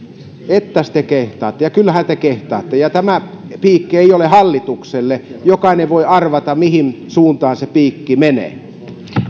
ettäs te kehtaatte ja kyllähän te kehtaatte ja tämä piikki ei ole hallitukselle jokainen voi arvata mihin suuntaan se piikki menee